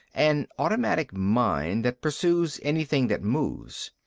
an automatic mine that pursues anything that moves.